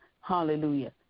hallelujah